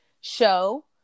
show